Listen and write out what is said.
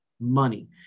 money